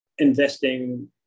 investing